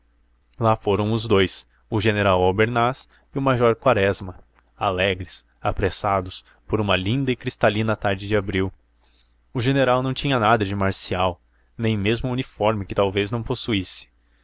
lá foram os dous o general albernaz e o major quaresma alegres apressados por uma linda e cristalina tarde de abril o general nada tinha de marcial nem mesmo o uniforme que talvez não possuísse